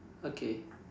okay